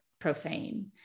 profane